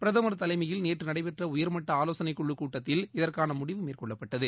பிரதமர் தலைமயில் நேற்று நடைபெற்ற உயர்மட்ட ஆலோசனைக் குழுக் கூட்டத்தில் இதற்கான முடிவு மேற்கொள்ளப்பட்டுள்ளது